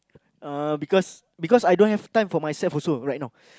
uh because because I don't have time for myself also right now